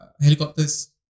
helicopters